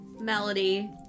melody